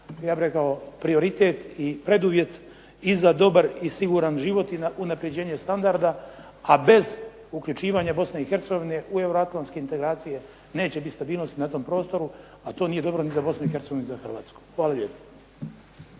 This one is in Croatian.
ja bih rekao prioritet i preduvjet i za dobar i siguran život i unapređenje standarda, a bez uključivanja Bosne i Hercegovine u euroatlantske integracije neće biti stabilnosti na tom prostoru, a to nije dobro ni za Bosnu i Hercegovinu, ni za Hrvatsku. Hvala lijepo.